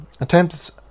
Attempts